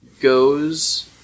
goes